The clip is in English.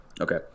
Okay